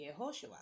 Yehoshua